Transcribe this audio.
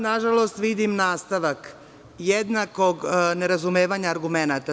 Na žalost, vidim nastavak jednakog nerazumevanja argumenata.